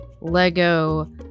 Lego